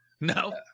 No